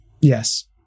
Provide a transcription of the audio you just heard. yes